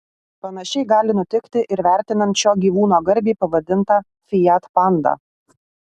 panašiai gali nutikti ir vertinant šio gyvūno garbei pavadintą fiat pandą